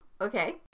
Okay